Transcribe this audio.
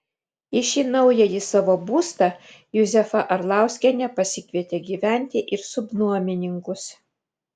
į šį naująjį savo būstą juzefa arlauskienė pasikvietė gyventi ir subnuomininkus